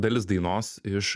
dalis dainos iš